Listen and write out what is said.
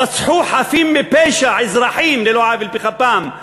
רצחו חפים מפשע, אזרחים, על לא עוול בכפם,